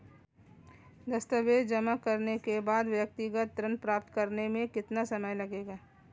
दस्तावेज़ जमा करने के बाद व्यक्तिगत ऋण प्राप्त करने में कितना समय लगेगा?